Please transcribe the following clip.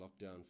lockdown